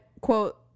quote